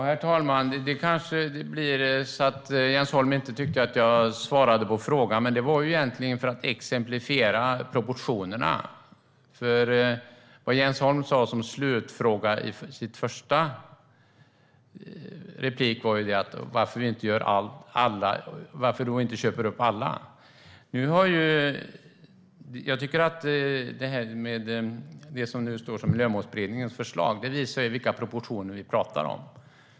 Herr talman! Jens Holm kanske inte tyckte att jag svarade på frågan, men jag tog egentligen upp detta för att exemplifiera proportionerna. Vad Jens Holm undrade i sin slutfråga i första repliken var ju varför vi inte köper upp alla. Jag tycker att det som nu står som Miljömålsberedningens förslag visar vilka proportioner vi pratar om.